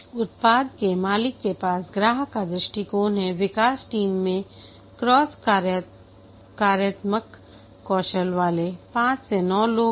उत्पाद के मालिक के पास ग्राहक का दृष्टिकोण है विकास टीम में क्रॉस कार्यात्मक कौशल वाले पांच से नौ लोग हैं